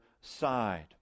side